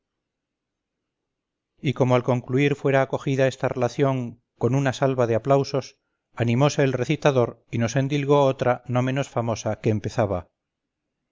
y como al concluir fuera acogida esta relación conuna salva de aplausos animose el recitador y nos endilgó otra no menos famosa que empezaba